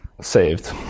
saved